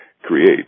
create